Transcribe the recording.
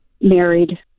married